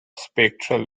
spectral